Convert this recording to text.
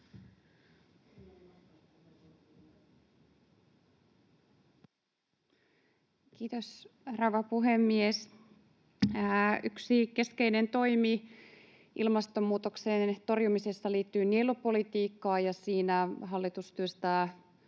Kiitos, rouva puhemies! Yksi keskeinen toimi ilmastonmuutoksen torjumisessa liittyy nielupolitiikkaan, ja siinä hallitus työstää